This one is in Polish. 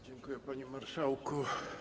Dziękuję, panie marszałku.